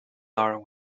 are